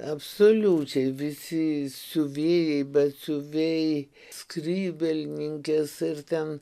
absoliučiai visi siuvėjai batsiuviai skrybėlininkės ir ten